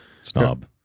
Snob